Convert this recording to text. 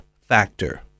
factor